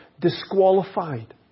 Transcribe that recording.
disqualified